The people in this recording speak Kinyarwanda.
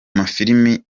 mafilime